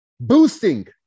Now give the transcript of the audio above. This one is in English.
boosting